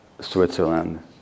Switzerland